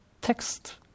text